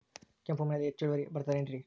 ಕೆಂಪು ಮಣ್ಣಲ್ಲಿ ಹೆಚ್ಚು ಇಳುವರಿ ಬರುತ್ತದೆ ಏನ್ರಿ?